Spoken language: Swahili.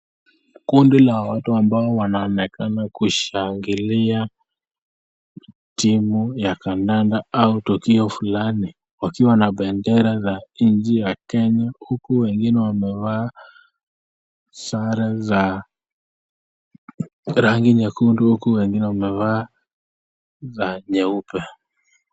Kundi la watu ambao wanaonekana kushangilia timu ya kandanda au tukio fulani wakiwa na bendera za nchi ya Kenya. Huku wengine wamevaa sare za rangi nyekundu huku wengine wamevaa za nyeupe.